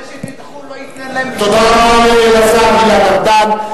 זה שתדחו לא ייתן להם, תודה רבה לשר גלעד ארדן.